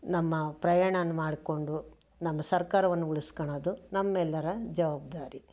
ನಮ್ಮ ಪ್ರಯಾಣನ ಮಾಡ್ಕೊಂಡು ನಮ್ಮ ಸರ್ಕಾರವನ್ನು ಉಳಿಸ್ಕೊಳ್ಳೋದು ನಮ್ಮೆಲ್ಲರ ಜವಾಬ್ದಾರಿ